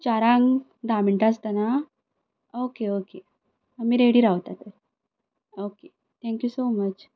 चारांक धा मिनटां आसतना ओके ओके आमी रेडी रावतात बरें ओके थँक्यू सो मच